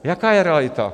Jaká je realita?